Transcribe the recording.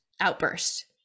outburst